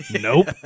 Nope